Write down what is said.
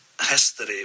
history